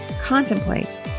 contemplate